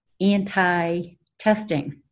anti-testing